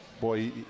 boy